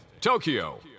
Tokyo